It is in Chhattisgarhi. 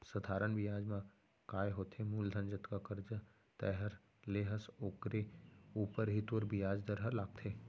सधारन बियाज म काय होथे मूलधन जतका करजा तैंहर ले हस ओकरे ऊपर ही तोर बियाज दर ह लागथे